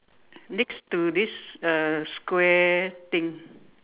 next to this uh square thing